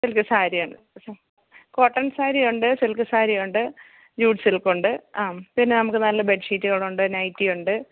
silk സാരിയാണ് cotton സാരിയുണ്ട് silk സാരിയുണ്ട് ജ്യൂട്ട് സിൽക്കുണ്ട് ആ പിന്നെ നമുക്ക് നല്ല ബെഡ് ഷീറ്റുകളുണ്ട് നൈറ്റിയുണ്ട്